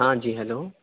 ہاں جی ہیلو